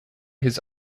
his